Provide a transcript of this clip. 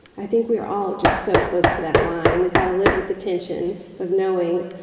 i think we are all just so close to that line, and we've got to live with the tension of knowing